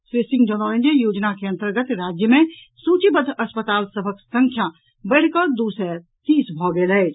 श्री सिंह जनौलनि जे योजना के अंतर्गत राज्य मे सूचीबद्ध अस्पताल सभक संख्या बढ़िकऽ दू सय तीस भऽ गेल अछि